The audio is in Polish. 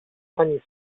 ani